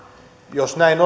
jos näin